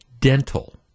dental